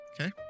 Okay